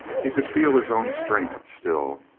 he could feel his own strength still.